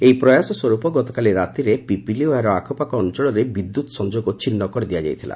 ଏହି ପ୍ରୟାସ ସ୍ୱରୂପ ଗତକାଲି ରାତିରେ ପିପିଲି ଓ ଏହାର ଆଖପାଖ ଅଞଳରେ ବିଦ୍ୟୁତ୍ ସଂଯୋଗ ଛିନ୍ନ କରିଦିଆଯାଇଥିଲା